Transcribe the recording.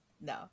No